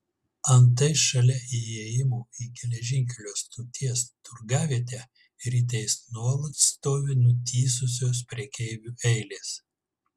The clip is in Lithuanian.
antai šalia įėjimų į geležinkelio stoties turgavietę rytais nuolat stovi nutįsusios prekeivių eilės